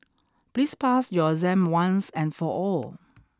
please pass your exam once and for all